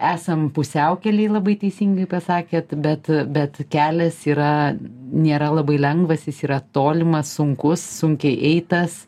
esam pusiaukelėj labai teisingai pasakėt bet bet kelias yra nėra labai lengvas jis yra tolimas sunkus sunkiai eitas